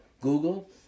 google